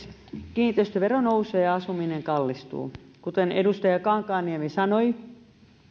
kiinteistövero nousee ja asuminen kallistuu kuten edustaja kankaanniemi sanoi